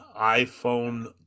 iPhone